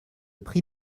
pris